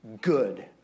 Good